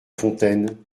fontaine